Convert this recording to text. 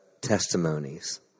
Testimonies